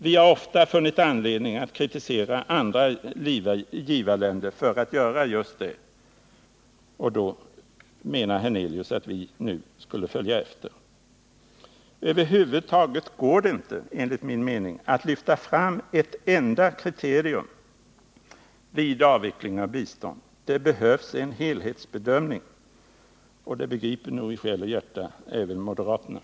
Vi har ofta funnit anledning att kritisera andra givarländer för att de följt en sådan politik, och ändå menar Allan Hernelius att vi nu skulle följa efter! Över huvud taget går det inte, enligt min mening, att lyfta fram ett enda kriterium vid avveckling av bistånd. Det behövs en helhetsbedömning — och det begriper nog i själ och hjärta även moderaterna.